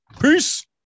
peace